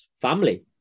family